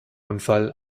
unfall